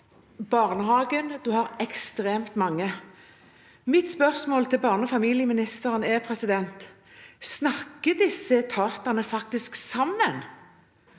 barnehage – det er ekstremt mange. Mitt spørsmål til barneog familieministeren er: Snakker disse etatene faktisk sammen?